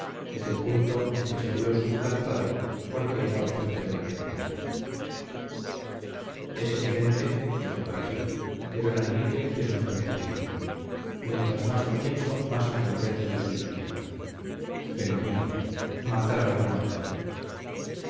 desde el punto en que se vio suplantado porque era objeto de la querella es evidente dijo para sí que don enrique es un fementido mientras más lo pienso más me convenzo de su iniquidad felonía matar a una mujer